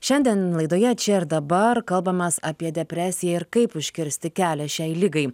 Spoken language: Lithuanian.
šiandien laidoje čia ir dabar kalbam mes apie depresiją ir kaip užkirsti kelią šiai ligai